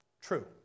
True